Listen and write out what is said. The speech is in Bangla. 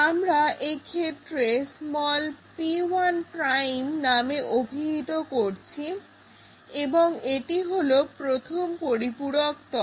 আমরা এক্ষেত্রে p1 নামে অভিহিত করছি অর্থাৎ এটি হলো প্রথম পরিপূরক তল